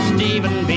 Stephen